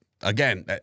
Again